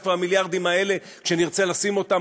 איפה המיליארדים האלה כשנרצה לשים אותם